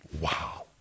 Wow